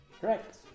Correct